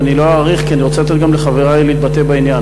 ואני לא אאריך כי אני רוצה לתת גם לחברי להתבטא בעניין.